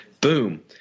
boom